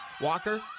Walker